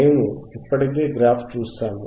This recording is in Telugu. మేము ఇప్పటికే గ్రాఫ్ చూశాము